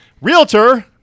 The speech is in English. Realtor